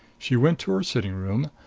she went to her sitting-room,